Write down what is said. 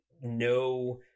no